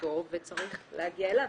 במרפאתו וצריך להגיע אליו.